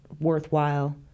worthwhile